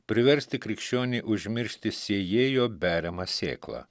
priversti krikščionį užmiršti sėjėjo beriamą sėklą